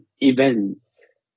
events